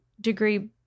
degree